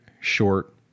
short